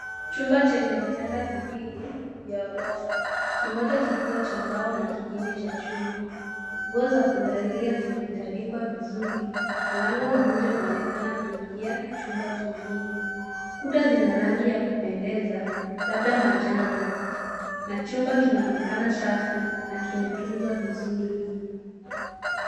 Chumba chenye vitanda viwili ya orofa, kimoja kikiwa cha mbao na kingine cha chuma. Nguo za kukalia zimetandikwa vizuri. Mlango mmoja unaonekana kuingia chumba kingine. Kuta zina rangi ya kupendeza labda manjano na chumba kinaonekana safi na kimetunzwa vizuri.